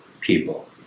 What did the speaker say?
people